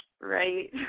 Right